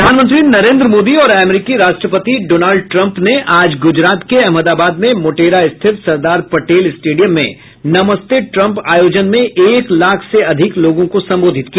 प्रधानमंत्री नरेन्द्र मोदी और अमरीकी राष्ट्रपति डोनल्ड ट्रम्प ने आज गुजरात के अहमदाबाद में मोटेरा स्थित सरदार पटेल स्टेडियम में नमस्ते ट्रम्प आयोजन में एक लाख से अधिक लोगों को सम्बोधित किया